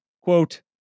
Quote